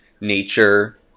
nature